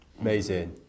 amazing